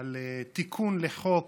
על תיקון לחוק